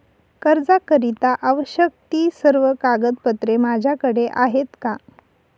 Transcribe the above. कर्जाकरीता आवश्यक ति सर्व कागदपत्रे माझ्याकडे आहेत का?